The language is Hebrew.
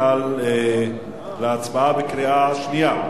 עוברים להצבעה בקריאה שנייה.